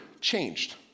changed